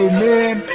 Amen